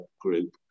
group